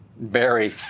Barry